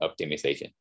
optimization